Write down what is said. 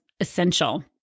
essential